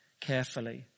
carefully